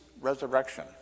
resurrection